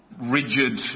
rigid